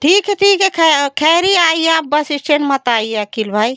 ठीक है ठीक है खैरी आइए आप बस इस्टेन मत आइए अकिल भाई